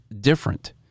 different